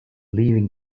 leaving